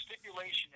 stipulation